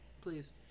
Please